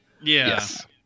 Yes